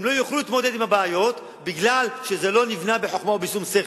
כי הם לא יוכלו להתמודד עם הבעיות כי זה לא נבנה בחוכמה ובשום שכל.